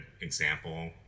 example